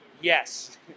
Yes